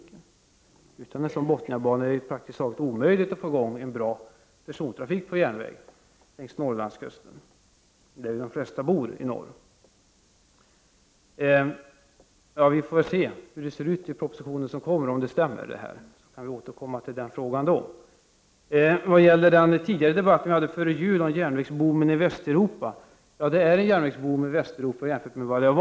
Utan en Bothniabana är det praktiskt taget omöjligt att få i gång en bra persontrafik på järnväg längs Norrlandskusten, där de flesta i norr bor. Vi får väl se om det här stämmer när propositionen kommer, och vi kan då återkomma till frågan. Kommunikationsministern tog upp den debatt vi hade före jul och järnvägsboomen i Västeuropa. Det är faktiskt en järnvägsboom i Västeuropa jämfört med tidigare.